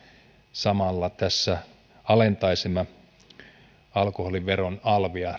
samalla tässä alentaisimme alkoholimyynnin alvia